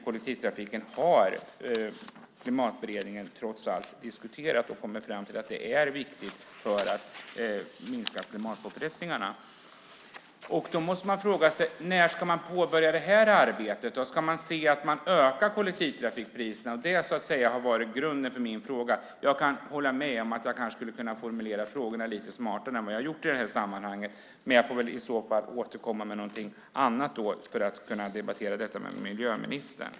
Klimatberedningen har diskuterat lägre priser i kollektivtrafiken och kommit fram till att det är viktigt för att minska klimatpåfrestningarna. Då måste man fråga sig: När ska detta arbete påbörjas? Ska man se att man höjer kollektivtrafikpriserna? Det har varit grunden för min fråga. Jag kan hålla med om att jag kunde ha formulerat frågorna lite smartare än jag gjorde. Men jag får väl i så fall återkomma med något annat för att kunna debattera detta med miljöministern.